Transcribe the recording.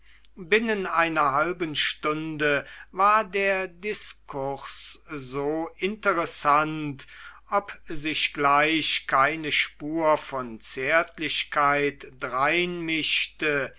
binnen einer halben stunde war der diskurs so interessant ob sich gleich keine spur von zärtlichkeit drein mischte